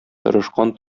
тырышкан